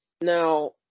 now